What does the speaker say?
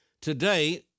Today